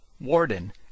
Warden